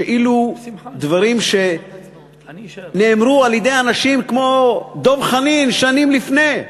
שאלו דברים שנאמרו על-ידי אנשים כמו דב חנין שנים לפני,